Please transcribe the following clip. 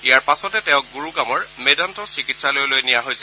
ইয়াৰ পাছতে তেওঁক গুৰুগ্ৰামৰ মেদান্ত চিকিৎসালয়লৈ নিয়া হৈছিল